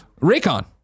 Raycon